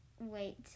wait